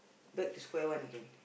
back to square one again